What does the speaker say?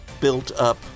built-up